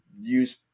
use